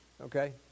okay